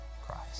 Christ